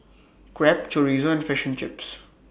Crepe Chorizo and Fish and Chips